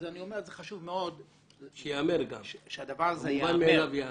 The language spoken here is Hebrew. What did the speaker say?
זה חשוב מאוד שהדבר הזה ייאמר.